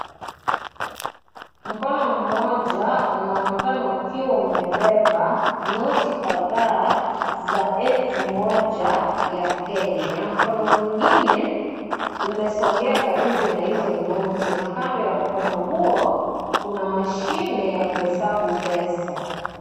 Mkono mmoja unaonekana ukiwa umebeba noti kadhaa za elfu moja ya kenya. Mkono mwingine umesogea karibu na hizo noti. Na kando ya mkono huo kuna mashine ya kuhesabu pesa.